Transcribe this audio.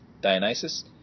Dionysus